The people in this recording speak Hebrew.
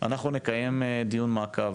אנחנו נקיים דיון מעקב,